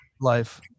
Life